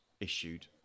issued